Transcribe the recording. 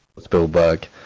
Spielberg